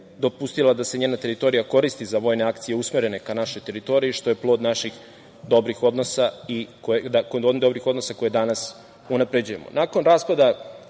dopustila da se njena teritorija koristi za vojne akcije usmerene ka našoj teritoriji, što je plod naših dobrih odnosa koje danas unapređujemo. Nakon raspada